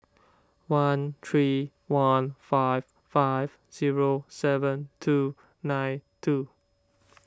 one three one five five zero seven two nine two